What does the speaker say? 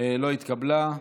לא התקבלה.